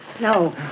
No